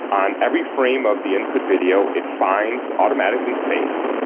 on every frame of the input video it finds automatically the face.